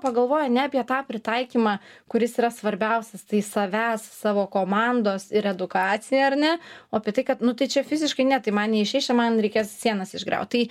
pagalvoja ne apie tą pritaikymą kuris yra svarbiausias tai savęs savo komandos ir edukacija ar ne o apie tai kad nu tai čia fiziškai ne tai man neišeis čia man reikės sienas išgriaut tai